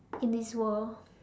in this world